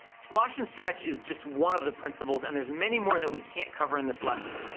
squash and stretch is just one of the principles, and there's many more that we can't cover in this lesson.